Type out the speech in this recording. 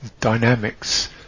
dynamics